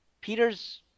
Peter's